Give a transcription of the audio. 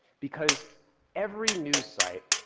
because every news site,